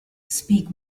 speak